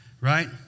Right